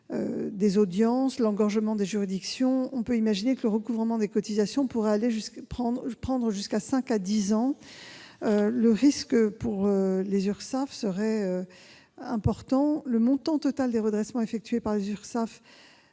des audiences et de l'engorgement des juridictions, avec une telle mesure, le recouvrement des cotisations pourrait prendre jusqu'à cinq ans à dix ans. Le risque pour les URSSAF serait important. Le montant total des redressements effectués par les URSSAF